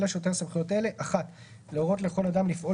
יהיו לשוטר סמכויות אלה: להורות לכל אדם לפעול